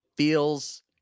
feels